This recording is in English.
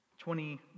Twenty